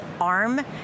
arm